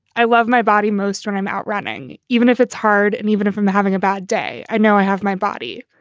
i love my body most or i'm outrunning even if it's hard and even if i'm having a bad day, i know i have my body.